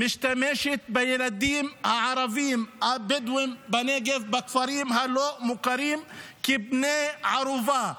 משתמשת בילדים הערבים הבדואים בכפרים הלא-מוכרים בנגב כבני ערובה.